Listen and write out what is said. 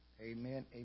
Amen